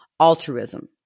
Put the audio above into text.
altruism